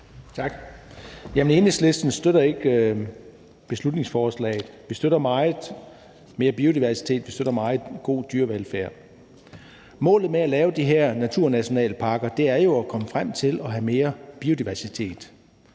Tak. Enhedslisten støtter ikke beslutningsforslaget. Vi støtter mere biodiversitet meget, vi støtter god dyrevelfærd meget. Målet med at lave de her naturnationalparker er jo at komme frem til at have mere biodiversitet.